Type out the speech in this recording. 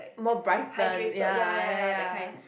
more brighten ya ya ya